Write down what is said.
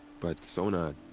but, sona.